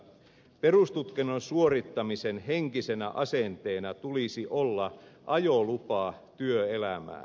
perustutkinnon suorittamisen henkisenä asenteena tulisi olla ajolupa työelämään